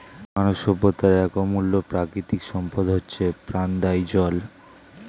মানব সভ্যতার এক অমূল্য প্রাকৃতিক সম্পদ হচ্ছে প্রাণদায়ী জল